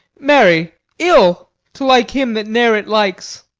marry, ill to like him that ne'er it likes.